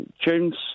tunes